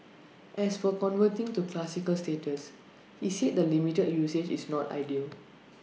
as for converting to classic status he said the limited usage is not ideal